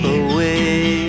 away